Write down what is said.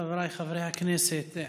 חבריי חברי הכנסת,